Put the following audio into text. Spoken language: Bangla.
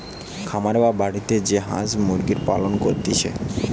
খামারে বা বাড়িতে যে হাঁস মুরগির পালন করতিছে